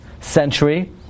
century